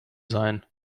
sein